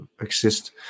exist